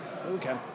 Okay